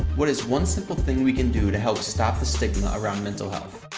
what is one simple thing we can do to help stop the stigma around mental